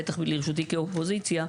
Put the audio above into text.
בטח לרשותי כאופוזיציה,